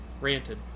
Ranted